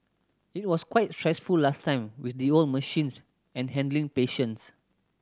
it was quite stressful last time with the old machines and handling patients